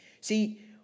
See